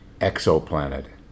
exoplanet